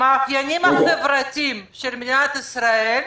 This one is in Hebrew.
המאפיינים החברתיים של מדינת ישראל,